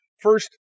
First